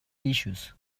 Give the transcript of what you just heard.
issues